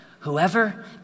Whoever